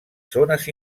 zones